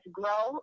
grow